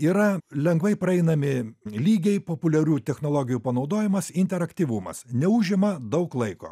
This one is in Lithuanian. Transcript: yra lengvai praeinami lygiai populiarių technologijų panaudojimas interaktyvumas užima daug laiko